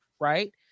right